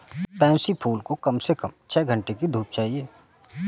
pansy फूल को कम से कम छह घण्टे की धूप चाहिए